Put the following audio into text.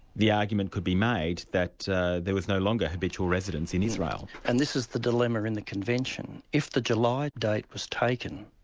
the argument could be made that there was no longer habitual residence in israel. and this is the dilemma in the convention. if the july date was taken,